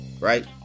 right